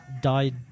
died